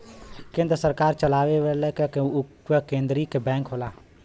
केन्द्र सरकार चलावेला उ केन्द्रिय बैंक होला